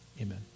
Amen